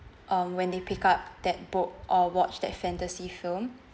um when they pick up that book or watch that fantasy film